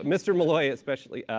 mr. malloy especially.